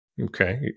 okay